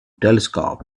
telescope